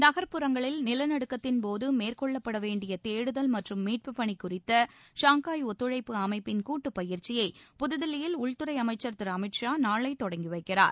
நகர்புறங்களில் நிலநடுக்கத்தின்போது மேற்கொள்ளப்பட வேண்டிய தேடுதல் மற்றும் மீட்புப்பணி குறித்த ஷாங்காய் ஒத்துழைப்பு அமைப்பின் கூட்டு பயிற்சியை புதுதில்லியில் உள்துறை அமைச்சர் திரு அமித் ஷா நாளை தொடங்கி வைக்கிறார்